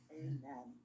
amen